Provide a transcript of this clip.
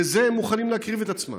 בשביל זה הם מוכנים להקריב את עצמם.